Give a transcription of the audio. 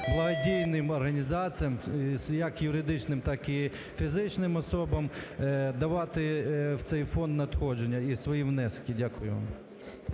благодійним організаціям як юридичним, так і фізичним особам, давати в цей фонд надходження і свої внески. Дякую.